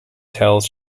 tells